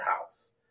house